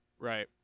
right